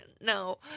no